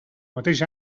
mateix